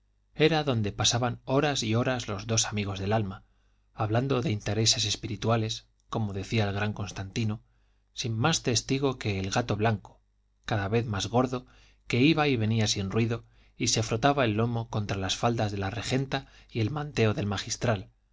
era donde pasaban horas y horas los dos amigos del alma hablando de intereses espirituales como decía el gran constantino sin más testigo que el gato blanco cada vez más gordo que iba y venía sin ruido y se frotaba el lomo contra las faldas de la regenta y el manteo del magistral